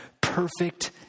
perfect